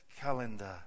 calendar